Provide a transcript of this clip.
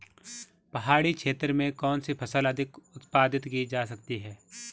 पहाड़ी क्षेत्र में कौन सी फसल अधिक उत्पादित की जा सकती है?